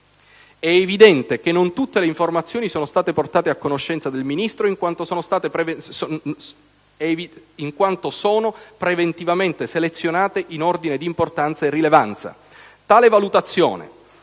È evidente che non tutte le informazioni sono portate a conoscenza del Ministro in quanto sono preventivamente selezionate in ordine di importanza e rilevanza. Tale valutazione